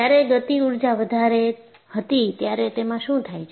જ્યારે ગતિ ઊર્જા વધારે હતી ત્યારે તેમાં શું થાય છે